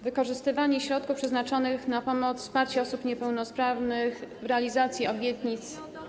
Wykorzystywanie środków przeznaczonych na pomoc i wsparcie osób niepełnosprawnych w realizacji obietnic.